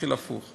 (תיקון מס' 20),